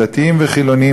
דתיים וחילונים,